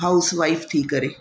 housewife थी करे